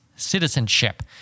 citizenship